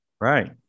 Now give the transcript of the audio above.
Right